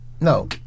No